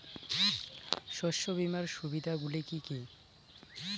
শস্য বীমার সুবিধা গুলি কি কি?